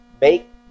make